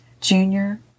junior